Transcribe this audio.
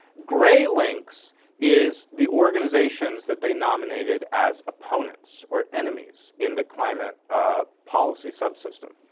gray links is the organizations that they nominated as opponents or enemies in the climate policy subsystem.